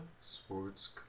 sports